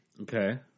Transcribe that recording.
Okay